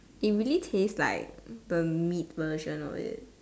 it really taste like the meat version of it